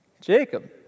Jacob